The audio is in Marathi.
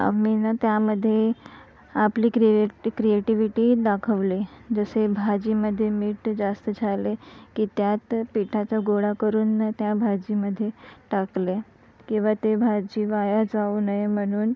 मीनं त्यामध्ये आपली क्रियेटी क्रियेटीविटी दाखवली जसे भाजीमध्ये मीठ जास्त झाले की त्यात पीठाचा गोळा करून त्या भाजीमध्ये टाकलं किंवा ते भाजी वाया जाऊ नये म्हणून